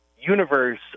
universe